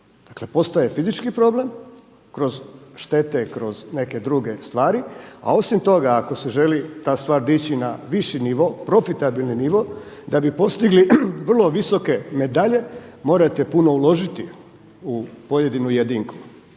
postaje fizički problem kroz štete kroz neke druge stvari, a osim toga ako se želi ta stvar dići na viši nivo, profitabilni nivo da bi postigli vrlo visoke medalje, morate puno uložiti u pojedinu jedinku.